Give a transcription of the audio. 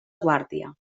guàrdia